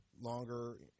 longer